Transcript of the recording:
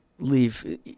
leave